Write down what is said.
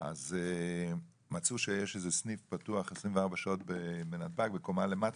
מצאו שיש איזה סניף פתוח 24 שעות בנתב"ג למעלה,